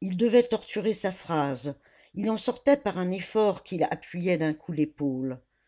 il devait torturer sa phrase il en sortait par un effort qu'il appuyait d'un coup d'épaule